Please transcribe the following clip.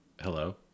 hello